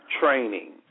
training